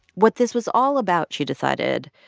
what this was all about, she decided,